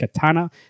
Katana